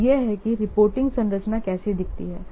और यह है कि रिपोर्टिंग संरचना कैसी दिखती है